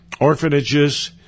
orphanages